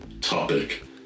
topic